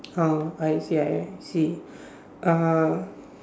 oh I see I see uh